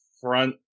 front